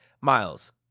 Miles